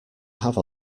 have